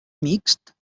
mixt